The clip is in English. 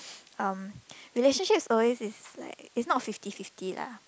um relationships is always is like it's not fifty fifty lah